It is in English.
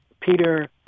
Peter